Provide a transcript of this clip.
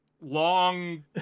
long